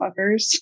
fuckers